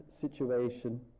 situation